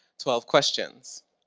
twelve questions.